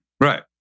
right